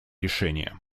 решение